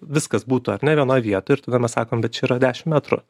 viskas būtų ar ne vienoj vietoj ir tada mes sakom bet čia yra dešim metrų